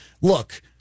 look